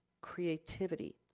creativity